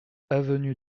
avenue